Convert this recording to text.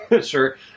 Sure